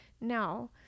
Now